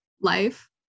life